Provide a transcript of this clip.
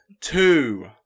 two